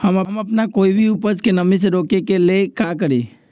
हम अपना कोई भी उपज के नमी से रोके के ले का करी?